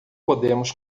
podemos